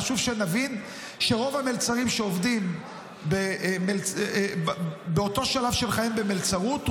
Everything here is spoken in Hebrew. חשוב שנבין שרוב המלצרים שעובדים באותו שלב של חייהם במלצרות,